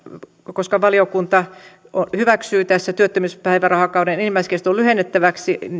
koska valiokunta hyväksyy tässä työttömyyspäivärahakauden enimmäiskeston lyhennettäväksi